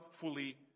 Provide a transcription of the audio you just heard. fully